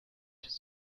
his